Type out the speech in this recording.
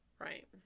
Right